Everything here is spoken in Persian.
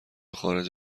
خارج